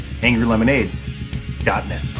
angrylemonade.net